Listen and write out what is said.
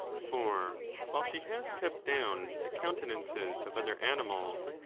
for while she has kept down the countenances of other animals,